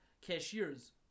Cashiers